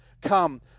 come